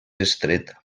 estreta